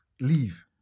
leave